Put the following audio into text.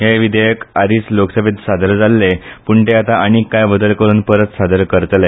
हे विधेयक आदीच लोकसभेत सादर जाल्ले पूण ते आता आनींक कांय बदल करून परत सादर करतले